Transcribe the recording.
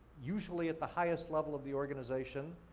usually at the highest level of the organization,